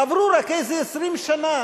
עברו רק איזה 20 שנה